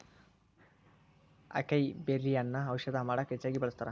ಅಕೈಬೆರ್ರಿಯನ್ನಾ ಔಷಧ ಮಾಡಕ ಹೆಚ್ಚಾಗಿ ಬಳ್ಸತಾರ